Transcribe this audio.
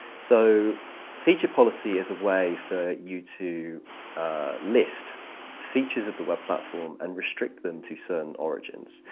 so feature policy is a way for you to list features of the web platform and restrict them to certain origins.